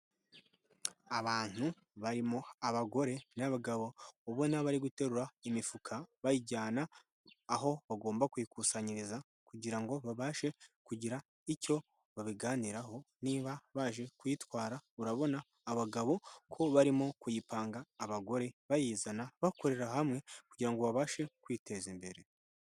Abantu barimo abagore n'abagabo, ubona bari guterura imifuka bayijyana aho bagomba kuyikusanyiriza kugira ngo babashe kugira icyo babiganiraho niba baje kuyitwara, urabona abagabo ko barimo kuyipanga abagore bayizana bakorera hamwe kugira ngo babashe kwiteza imbere.